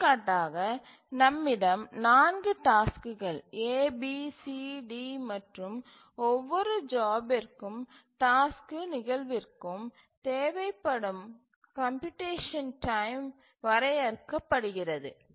எடுத்துக்காட்டாக நம்மிடம் நான்கு டாஸ்க்குகள் A B C D மற்றும் ஒவ்வொரு ஜாப்பிற்கும் டாஸ்க்கு நிகழ்விற்கும் தேவைப்படும் கம்ப்யூட்டேசன் டைம் வரையறுக்கப்படுகிறது